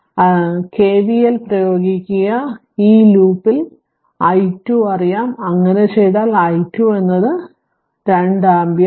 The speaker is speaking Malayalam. അതിനാൽ KVL പ്രയോഗിക്കുക വിളിക്കുക ഇവിടെ ഈ ലൂപ്പിൽ i2 അറിയാം അങ്ങനെ ചെയ്താൽ i2 എന്നത് 2 ആമ്പിയർ